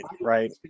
right